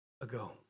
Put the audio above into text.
ago